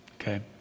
okay